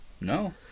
No